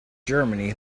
germany